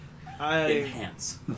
Enhance